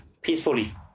peacefully